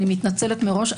אני מתנצלת מראש,